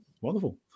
wonderful